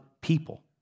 people